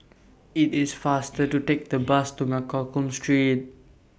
IT IS faster to Take The Bus to Mccallum Street